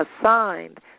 assigned